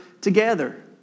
together